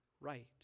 right